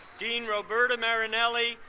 dean roberta marinelli,